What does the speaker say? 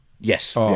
yes